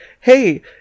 hey